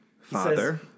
Father